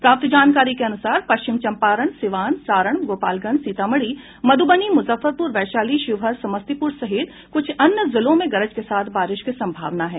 प्राप्त जानकारी के अनुसार पश्चिम चंपारण सिवान सारण गोपालगंज सीतामढ़ी मध्रबनी मुजफ्फरपुर वैशाली शिवहर समस्तीपुर सहित कुछ अन्य जिलों में गरज के साथ बारिश की संभावना है